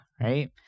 right